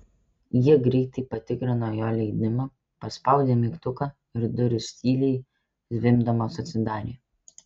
jie greitai patikrino jo leidimą paspaudė mygtuką ir durys tyliai zvimbdamos atsidarė